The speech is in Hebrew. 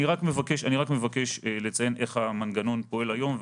אני מבקש לציין איך המנגנון פועל היום,